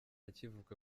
akivuka